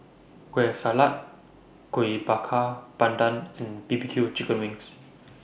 Kueh Salat Kuih Bakar Pandan and B B Q Chicken Wings